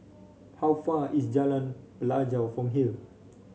how far is Jalan Pelajau from here